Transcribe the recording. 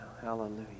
Hallelujah